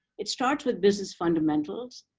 it starts with business fundamentals.